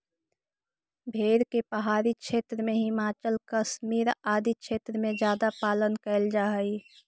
भेड़ के पहाड़ी क्षेत्र में, हिमाचल, कश्मीर आदि क्षेत्र में ज्यादा पालन कैल जा हइ